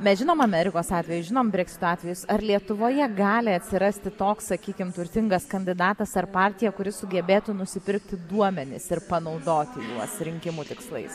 mes žinom amerikos atvejį žinom breksito atvejus ar lietuvoje gali atsirasti toks sakykim turtingas kandidatas ar partija kuri sugebėtų nusipirkti duomenis ir panaudoti juos rinkimų tikslais